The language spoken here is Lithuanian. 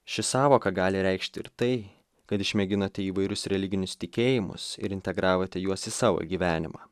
ši sąvoka gali reikšt ir tai kad išmėginate įvairius religinius tikėjimus ir integravote juos į savo gyvenimą